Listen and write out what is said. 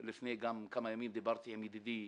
לפני כמה ימים דיברתי גם עם ידידי דיכטר,